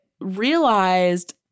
realized